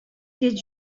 did